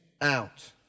out